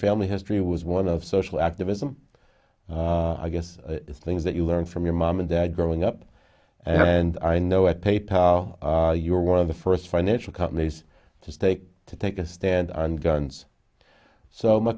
family history was one of social activism i guess things that you learned from your mom and dad growing up and i know at pay pal you're one of the first financial companies to take to take a stand on guns so my